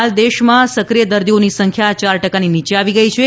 હાલ દેશમાં સક્રિય દર્દીઓની સંખ્યા યાર ટકાની નીચે આવી ગઈ છે